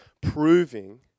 proving